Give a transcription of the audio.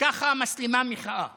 ככה מסלימה מחאה